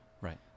Right